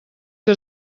que